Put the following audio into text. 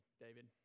David